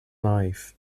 life